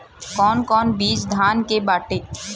कौन कौन बिज धान के बाटे?